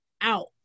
out